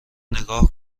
نگاه